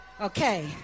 okay